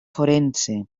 forense